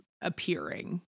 appearing